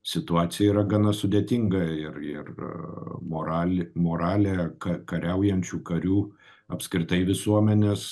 situacija yra gana sudėtinga ir ir a moralė moralė ka kariaujančių karių apskritai visuomenės